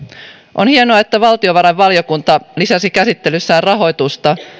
on hienoa että valtiovarainvaliokunta lisäsi käsittelyssään rahoitusta